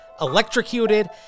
electrocuted